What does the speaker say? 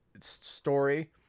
story